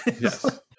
Yes